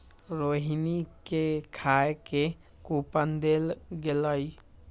रोहिणी के खाए के कूपन देल गेलई